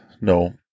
No